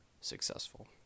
successful